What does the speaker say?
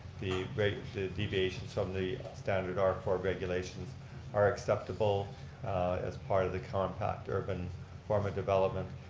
the the deviations from the standard r four regulations are acceptable as part of the contract urban form of development.